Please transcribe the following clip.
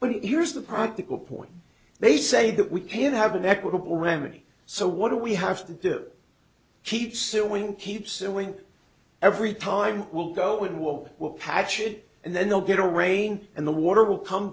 but here's the practical point they say that we can't have an equitable remedy so what do we have to do keep suing keep suing every time we'll go in will will patch it and then they'll get a rain and the water will come